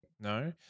No